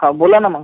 हां बोला ना मग